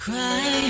Cry